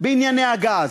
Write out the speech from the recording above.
בענייני הגז,